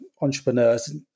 entrepreneurs